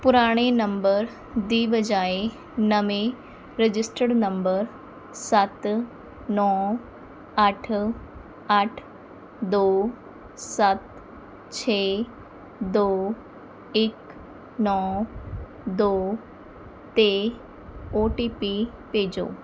ਪੁਰਾਣੇ ਨੰਬਰ ਦੀ ਬਜਾਏ ਨਵੇਂ ਰਜਿਸਟਰਡ ਨੰਬਰ ਸੱਤ ਨੌ ਅੱਠ ਅੱਠ ਦੋ ਸੱਤ ਛੇ ਦੋ ਇੱਕ ਨੌ ਦੋ 'ਤੇ ਓ ਟੀ ਪੀ ਭੇਜੋ